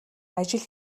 ажил